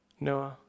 Noah